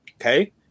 Okay